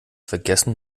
vergessen